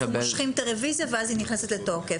אנחנו מושכים את הרוויזיה ואז היא נכנסת לתוקף.